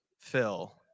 Phil